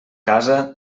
casa